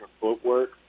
footwork